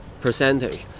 percentage